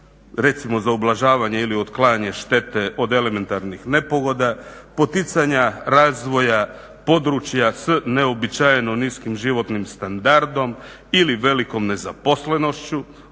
Recimo za ublažavanje ili otklanjanje štete od elementarnih nepogoda, poticanja razvoja područja s neobičajeno niskim životnim standardom ili velikom nezaposlenošću,